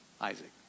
Isaac